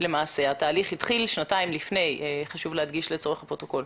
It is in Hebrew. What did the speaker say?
התהליך התחיל שנתיים קודם חשוב להדגיש לצורך הפרוטוקול.